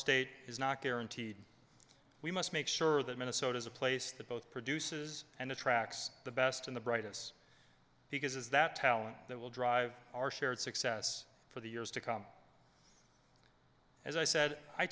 state is not guaranteed we must make sure that minnesota's a place that both produces and the tracks the best in the brightest because is that talent that will drive our shared success for the years to come as i said i